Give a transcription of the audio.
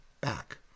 back